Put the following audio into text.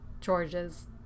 George's